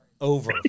Over